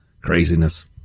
Craziness